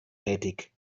tätig